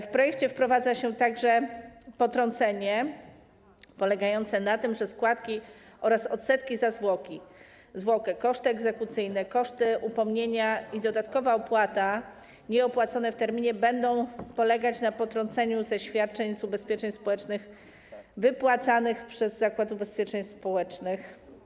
W projekcie wprowadza się także potrącenie, a polega to na tym, że składki oraz odsetki za zwłokę, koszty egzekucyjne, koszty upomnienia i dodatkowa opłata nieopłacone w terminie będą potrącane ze świadczeń z ubezpieczeń społecznych wypłacanych przez Zakład Ubezpieczeń Społecznych.